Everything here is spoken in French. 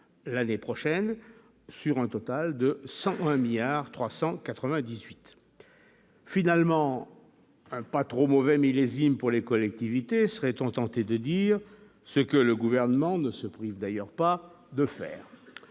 l'année prochaine, sur un total de 100 1 milliard 398. Finalement pas trop mauvais millésime pour les collectivités, serait-on tenté de dire ce que le gouvernement ne se prive d'ailleurs pas de faire,